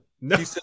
No